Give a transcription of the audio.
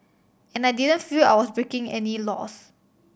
and I didn't feel I was breaking any laws